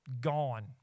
gone